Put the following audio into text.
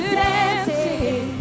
dancing